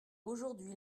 aujourd’hui